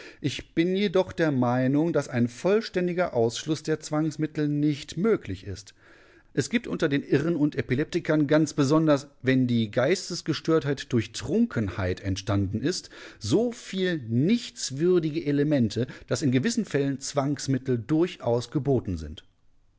ich bin jedoch der meinung daß ein vollständiger ausschluß der zwangsmittel nicht möglich ist es gibt unter den irren und epileptikern ganz besonders wenn die geistesgestörtheit durch trunkenheit entstanden standen ist so viel nichts würdige elemente daß in gewissen fällen zwangsmittel durchaus geboten sind